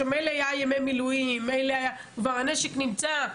מילא, היה ימי מילואים, כבר הנשק נמצא.